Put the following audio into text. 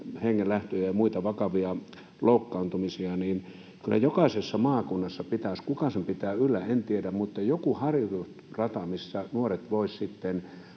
hengenlähtö ja muita vakavia loukkaantumisia. Kyllä minun mielestäni jokaisessa maakunnassa pitäisi olla — kuka sen pitää yllä, en tiedä — joku harjoitusrata, missä nuoret voisivat